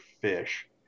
fish